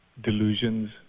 delusions